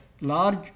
large